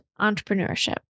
entrepreneurship